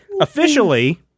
officially